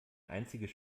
einziges